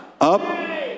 up